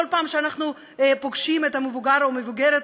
פעם שאנחנו פוגשים את המבוגר או המבוגרת,